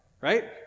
right